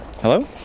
Hello